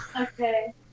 Okay